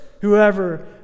whoever